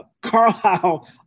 Carlisle